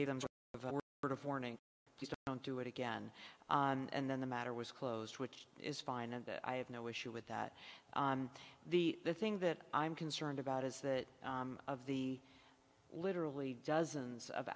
just don't do it again and then the matter was closed which is fine and i have no issue with that the the thing that i'm concerned about is that of the literally dozens of